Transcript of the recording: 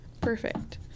Perfect